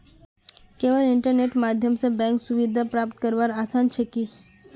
केवल इन्टरनेटेर माध्यम स बैंक सुविधा प्राप्त करवार आसान छेक की